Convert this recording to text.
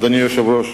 אדוני היושב-ראש,